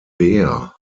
beer